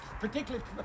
particularly